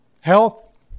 health